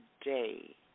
today